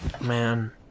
Man